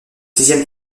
sixième